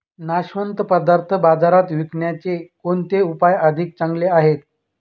नाशवंत पदार्थ बाजारात विकण्याचे कोणते उपाय अधिक चांगले आहेत?